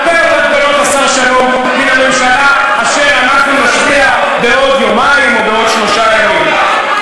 הרבה יותר גדולות מהממשלה שאנחנו נשביע בעוד יומיים או בעוד שלושה ימים.